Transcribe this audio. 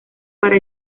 para